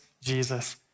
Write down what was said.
Jesus